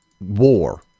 war